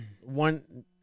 one